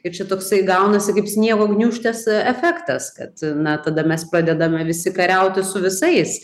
ir čia toksai gaunasi kaip sniego gniūžtės efektas kad na tada mes pradedame visi kariauti su visais